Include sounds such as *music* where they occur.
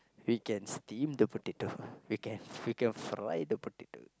we can steam the potato *breath* we can we can fry the potato